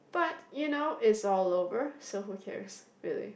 but you know it's all over so who cares really